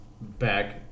back